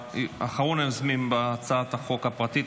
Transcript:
אחרון היוזמים בהצעת החוק הפרטית,